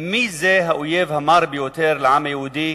מי זה האויב המר ביותר לעם היהודי,